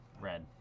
Red